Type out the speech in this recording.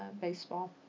baseball